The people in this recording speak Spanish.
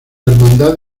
hermandad